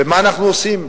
ומה אנחנו עושים?